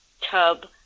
tub